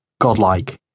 godlike